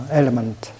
element